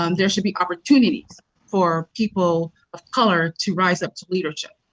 um there should be opportunities for people of color to rise up to leadership.